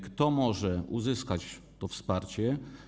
Kto może uzyskać to wsparcie?